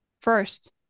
first